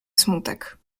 smutek